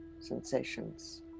sensations